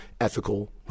ethical